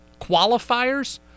qualifiers